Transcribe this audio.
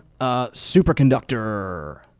Superconductor